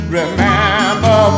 remember